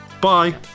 Bye